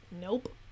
Nope